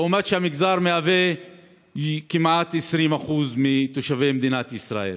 לעומת מגזר שמהווה כמעט 20% מתושבי מדינת ישראל.